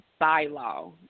bylaw